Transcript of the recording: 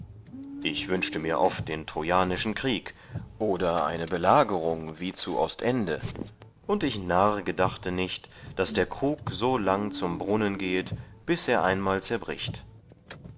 ich wünschte mir oft den trojanischen krieg oder eine belägerung wie zu ostende und ich narr gedachte nicht daß der krug so lang zum brunnen gehet bis er einmal zerbricht